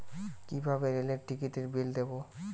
কিভাবে রেলের টিকিটের বিল দেবো?